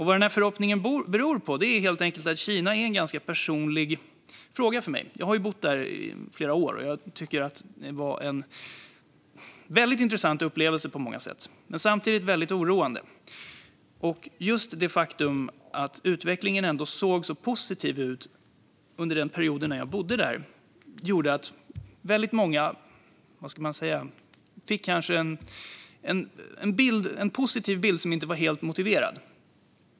Vad förhoppningen beror på är att Kina är en personlig fråga för mig. Jag har ju bott där i flera år och tycker att det på många sätt var en väldigt intressant upplevelse. Samtidigt var det väldigt oroande. Just det faktum att utvecklingen såg så positiv ut under den period då jag bodde där gjorde att många kanske fick en positiv bild som inte var helt motiverad.